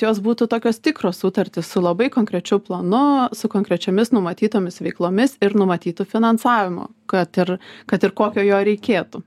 jos būtų tokios tikros sutartys su labai konkrečiu planu su konkrečiomis numatytomis veiklomis ir numatyt finansavimu kad ir kad ir kokio jo reikėtų